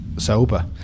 sober